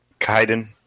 Kaiden